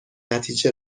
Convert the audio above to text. نتیجه